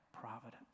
providence